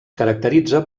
caracteritza